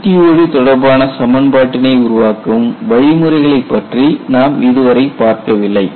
CTOD தொடர்பான சமன்பாட்டினை உருவாக்கும் வழி முறைகளைப் பற்றி நாம் இதுவரை பார்க்கவில்லை